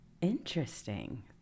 Interesting